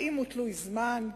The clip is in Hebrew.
האם הוא תלוי זמן?